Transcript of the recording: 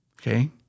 Okay